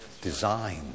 design